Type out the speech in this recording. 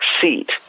seat